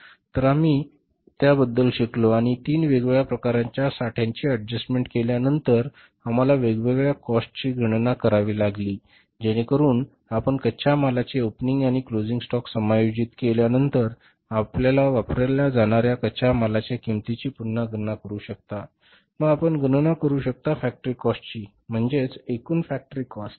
तर आम्ही त्याबद्दल शिकलो आणि तीन वेगवेगळ्या प्रकारच्या साठ्यांची एडजस्टमेंट केल्यानंतर आम्हाला वेगवेगळ्या काॅस्टची गणना करावी लागेल जेणेकरून आपण कच्च्या मालाचे ओपनिंग आणि क्लोजिंग स्टॉक समायोजित केल्यानंतर वापरल्या जाणार्या कच्च्या मालाच्या किंमतीची पुन्हा गणना करू शकता मग आपण गणना करू शकता फॅक्टरी कॉस्ट ची म्हणजे एकूण फॅक्टरी कॉस्ट